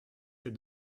ces